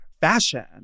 fashion